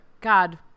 god